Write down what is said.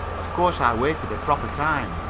of course i waited a proper time.